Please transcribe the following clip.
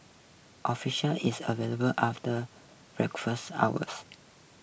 official is available after request hours